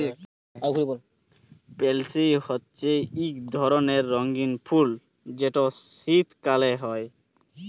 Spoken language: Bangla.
পেলসি হছে ইক ধরলের রঙ্গিল ফুল যেট শীতকাল হ্যয়